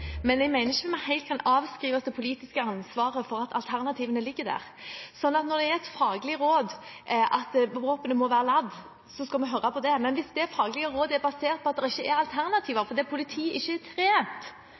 Men jeg mener vi ikke helt kan fraskrive oss det politiske ansvaret for at alternativene ligger der. Når det er et faglig råd at våpenet må være ladd, skal vi høre på det. Men hvis det faglige rådet er basert på at det ikke er alternativer fordi politiet ikke er trent